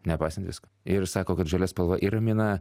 nepaisant visko ir sako kad žalia spalva ir ramina